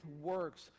works